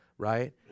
right